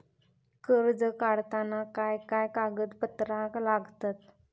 कर्ज काढताना काय काय कागदपत्रा लागतत?